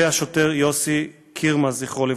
והשוטר יוסי קירמה, זכרו לברכה.